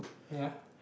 ya